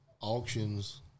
auctions